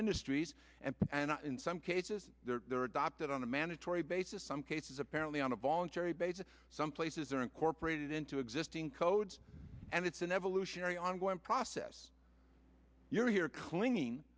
industries and in some cases they're adopted on a mandatory basis some cases apparently on a voluntary basis some places are incorporated into existing codes and it's an evolutionary ongoing process you're here clinging